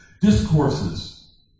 Discourses